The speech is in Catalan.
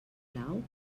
blau